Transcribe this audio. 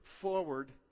forward